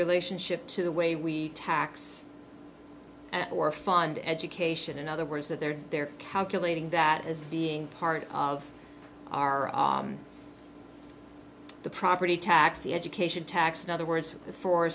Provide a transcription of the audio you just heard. relationship to the way we tax or fund education in other words that they're they're calculating that as being part of our the property tax the education tax in other words